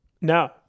No